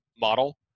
model